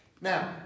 Now